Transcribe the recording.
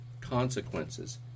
consequences